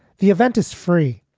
the event is free.